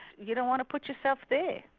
you don't want to put yourself there.